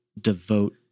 devote